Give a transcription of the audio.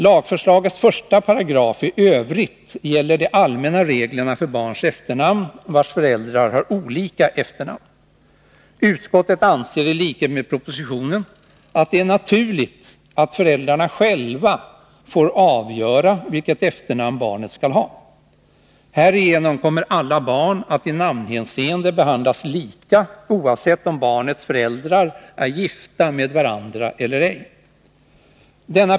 Lagförslagets 1 § i övrigt gäller de allmänna reglerna för efternamn för barn, vars föräldrar har olika efternamn. Utskottet anser i likhet med propositionen att det är naturligt att föräldrarna själva får avgöra vilket efternamn barnet skall ha. Härigenom kommer också alla barn att i namnhänseende behandlas lika, oavsett om barnets föräldrar är gifta med varandra eller ej.